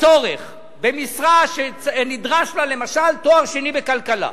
צורך במשרה שנדרש לה למשל תואר שני בכלכלה,